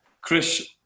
Chris